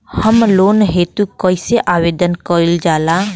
Home loan हेतु कइसे आवेदन कइल जाला?